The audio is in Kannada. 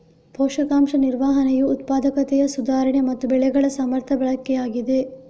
ಪೋಷಕಾಂಶ ನಿರ್ವಹಣೆಯು ಉತ್ಪಾದಕತೆಯ ಸುಧಾರಣೆ ಮತ್ತೆ ಬೆಳೆಗಳ ಸಮರ್ಥ ಬಳಕೆಯಾಗಿದೆ